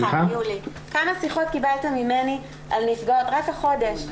כמה שיחות קיבלת ממני על נפגעות רק החודש?